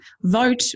vote